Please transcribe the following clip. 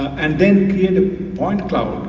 and then clear the point cloud,